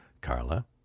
Carla